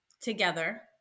together